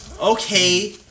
okay